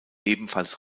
ebenfalls